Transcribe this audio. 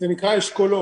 זה נקרא אשכולות,